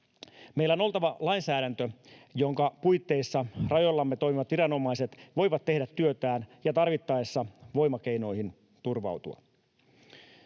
Meillä on oltava lainsäädäntö, jonka puitteissa rajoillamme toimivat viranomaiset voivat tehdä työtään ja tarvittaessa voimakeinoihin turvautua.